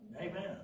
Amen